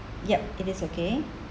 yup it is okay